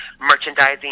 merchandising